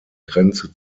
grenze